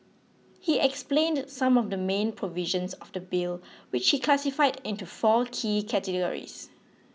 he explained some of the main provisions of the bill which he classified into four key categories